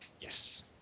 Yes